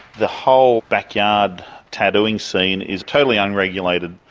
the whole backyard tattooing scene is totally unregulated.